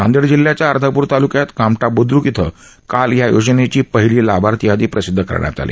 नांदेड जिल्ह्याच्या अर्धापुर तालूक्यात कामठा बुद्रक इथ काल या योजनेची पहिली लाभार्थी यादी प्रसिद्ध करण्यात आली